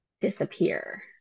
disappear